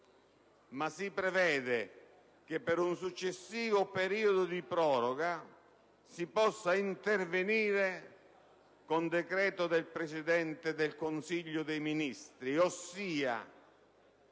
ma si prevede che per un successivo periodo di proroga si possa intervenire con decreto del Presidente del Consiglio dei ministri. In